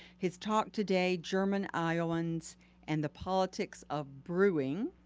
his talk today, german iowans and the politics of brewing,